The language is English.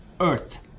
earth